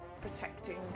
protecting